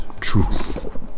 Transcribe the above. truth